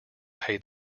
pay